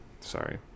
sorry